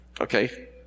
Okay